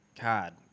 God